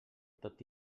tot